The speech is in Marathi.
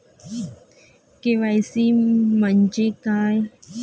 के.वाय.सी म्हंजे काय?